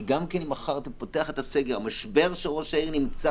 אם מחר אתה פותח את הסגר, המשבר שראש העיר נמצא